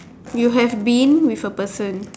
you have been with a person